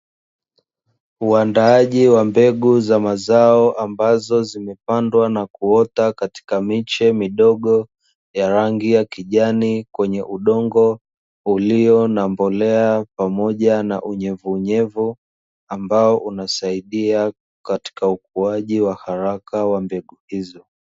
Uandaaji wa mbegu za mazao ambazo zimepandwa na kuota katika miche midogo ya rangi ya kijani kwenye udongo ulio na mbolea pamoja na unyevunyevu ambao unasaidia katika ukuaji wa haraka wa mbegu hizo.